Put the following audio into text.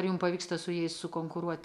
ar jums pavyksta su jais sukonkuruoti